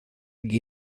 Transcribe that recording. qui